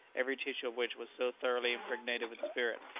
every tissue of which was so thoroughly impregnated with spirit,